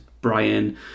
Brian